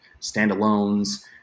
standalones